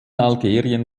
algerien